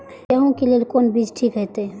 गेहूं के लेल कोन बीज ठीक होते?